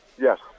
Yes